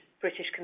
British